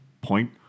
point